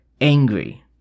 angry